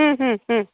ಹ್ಞೂ ಹ್ಞೂ ಹ್ಞೂ